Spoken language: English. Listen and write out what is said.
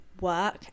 Work